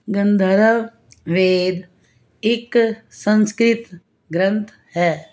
ਗੰਧਰਵ ਵੇਦ ਇੱਕ ਸੰਸਕ੍ਰਿਤ ਗ੍ਰੰਥ ਹੈ